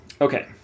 Okay